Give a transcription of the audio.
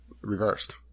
reversed